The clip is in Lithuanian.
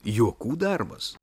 juokų darbas